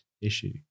issue